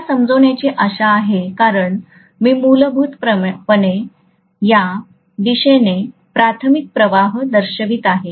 मला समजण्याची आशा आहे कारण मी मूलभूतपणे या दिशेने प्राथमिक प्रवाह दर्शवित आहे